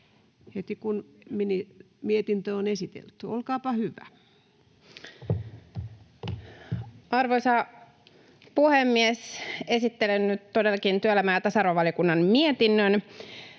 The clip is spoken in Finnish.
heti, kun mietintö on esitelty. — Olkaapa hyvä. Arvoisa puhemies! Esittelen nyt todellakin työelämä- ja tasa-arvovaliokunnan mietinnön